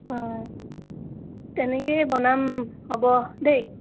অঁ তেনেকৈয়ে বনাম হ'ব দেই